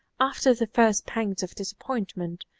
after the first pangs of disappointment,